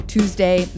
Tuesday